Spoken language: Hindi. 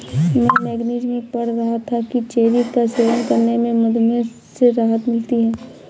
मैं मैगजीन में पढ़ रहा था कि चेरी का सेवन करने से मधुमेह से राहत मिलती है